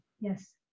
yes